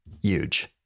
Huge